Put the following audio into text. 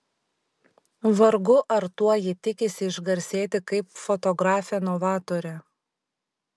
vargu ar tuo ji tikisi išgarsėti kaip fotografė novatorė